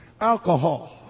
Alcohol